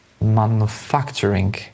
manufacturing